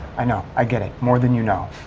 i know. i get it, more than you know.